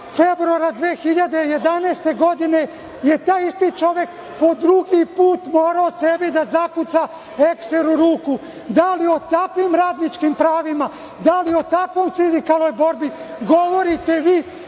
februara 2011. godine, taj isti čovek je po drugi put morao sebi da zakuca ekser u ruku. Da li o takvim radničkim pravima, da li o takvoj sindikalnoj borbi govorite vi